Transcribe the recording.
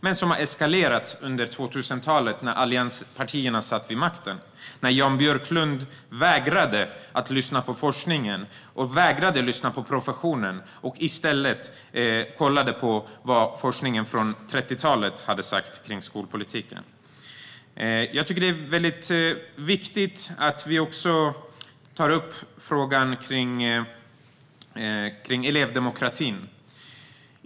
De har eskalerat under 2000-talet, då allianspartierna satt vid makten och Jan Björklund vägrade lyssna på forskningen och professionen och i stället kollade på vad forskning från 1930-talet hade sagt om skolpolitiken. Jag tycker att det är viktigt att vi också tar upp frågan om elevdemokrati.